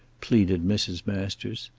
pleaded mrs. masters.